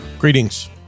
Greetings